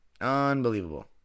Unbelievable